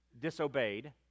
disobeyed